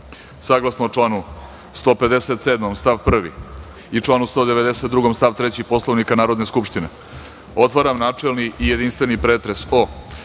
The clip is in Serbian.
članu 157. stav 1. i članu 192. stav 3. Poslovnika Narodne skupštine, otvaram načelni i jedinstveni pretres o